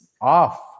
off